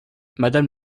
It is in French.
madame